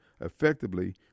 effectively